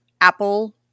Apple